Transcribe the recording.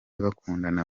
bakundana